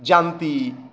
জানতি